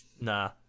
Nah